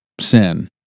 sin